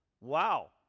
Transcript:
Wow